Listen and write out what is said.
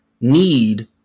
need